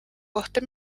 kohta